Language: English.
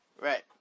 right